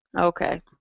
Okay